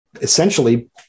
essentially